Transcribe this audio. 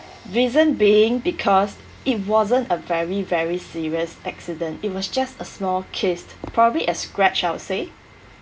reason being because it wasn't a very very serious accident it was just a small kiss probably a scratch I'd say